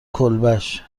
کلبش